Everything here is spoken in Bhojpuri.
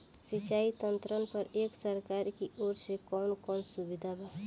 सिंचाई यंत्रन पर एक सरकार की ओर से कवन कवन सुविधा बा?